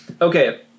Okay